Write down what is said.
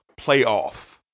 playoff